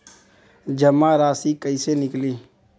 जमा राशि कइसे निकली?